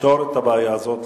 לפתור את הבעיה הזאת.